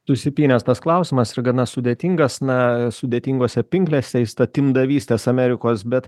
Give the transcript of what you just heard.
susipynęs tas klausimas ir gana sudėtingas na sudėtingose pinklėse įstatymdavystės amerikos bet